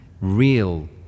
real